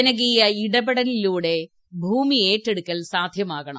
ജനകീയ ഇടപെടലിലൂടെ ഭൂമി ഏറ്റെടുക്കൽ സാധ്യമാക്കണം